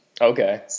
Okay